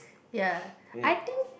ya I think